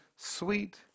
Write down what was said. sweet